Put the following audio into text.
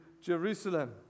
Jerusalem